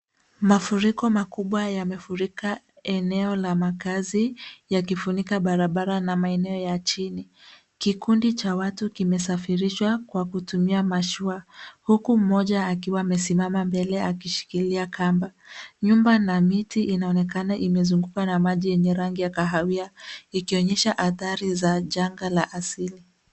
Mafuriko makubwa yamefurika eneo la makaazi yakifunika barabara na maeneo ya chini. Kikundi cha watu kimesafirishwa kwa kutumia mashua, huku mmoja akiwa amesimama mbele akishikilia kamba. Nyumba na miti inaonekana imezungukwa na maji yenye rangi ya kahawia, ikionyesha athari za janga la asili.